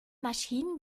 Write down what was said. maschinen